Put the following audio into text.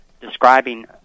describing